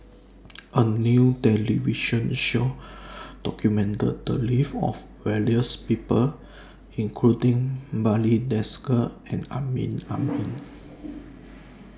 A New television Show documented The Lives of various People including Barry Desker and Amrin Amin